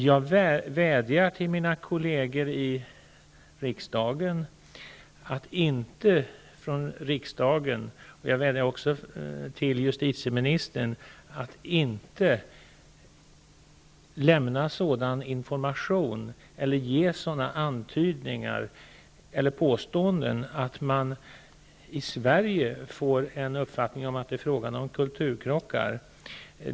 Jag vädjar till mina kolleger i riksdagen -- och jag vädjar även till justitieministern -- att inte från riksdagen lämna sådan information, ge sådana antydningar eller göra sådana påståenden att man i Sverige får uppfattningen att det är fråga om kulturkrockar.